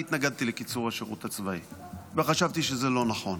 אני התנגדתי לקיצור השירות הצבאי וחשבתי שזה לא נכון.